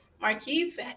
Marquise